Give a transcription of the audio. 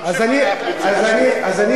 אז תוציא אותה.